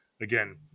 again